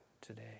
today